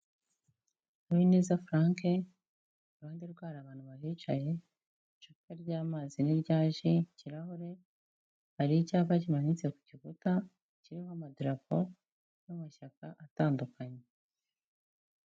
Habineza Frank, iruhande rwe hari abantu bahicaye, icupa ry'amazi n'irya ji, ikirahure, hari icyapa kimanitse ku gikuta, kiriho amadarapo y'amashyaka atandukanye.